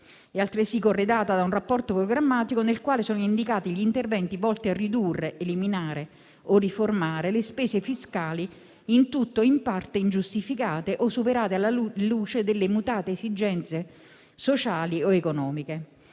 altresì corredata da un rapporto programmatico, nel quale sono indicati gli interventi volti a ridurre, eliminare o riformare le spese fiscali in tutto o in parte ingiustificate, o superate alla luce delle mutate esigenze sociali o economiche,